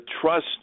trust